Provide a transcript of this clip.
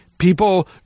People